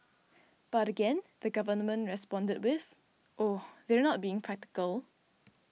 but again the Government responded with Oh they're not being practical